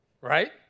right